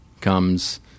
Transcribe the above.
comes